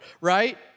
right